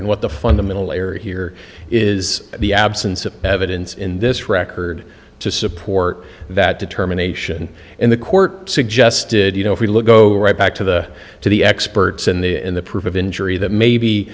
and what the fundamental error here is the absence of evidence in this record to support that determination in the court suggested you know if we look go right back to the to the experts in the in the proof of injury that maybe